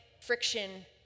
friction